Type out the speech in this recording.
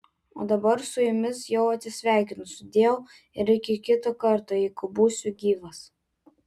o dabar su jumis jau atsisveikinu sudieu ir iki kito karto jeigu būsiu gyvas